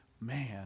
man